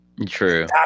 True